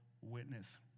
witness